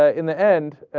ah in the end ah.